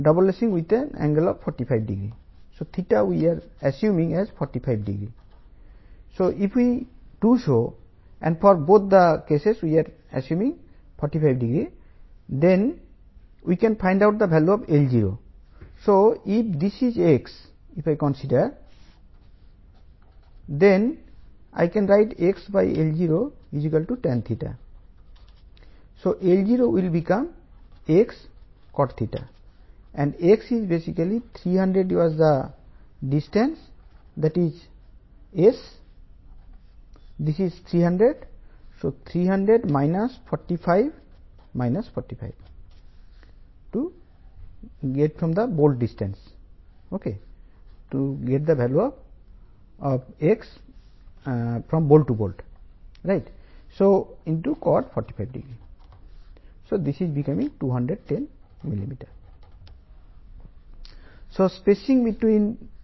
రెండూ యాంగిల్ యొక్క లెగ్ మధ్యలో అందించబడతాయి